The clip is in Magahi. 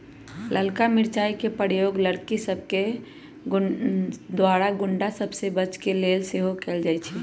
ललका मिरचाइ के प्रयोग लड़कि सभके द्वारा गुण्डा सभ से बचे के लेल सेहो कएल जाइ छइ